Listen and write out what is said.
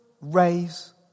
raise